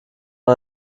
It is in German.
man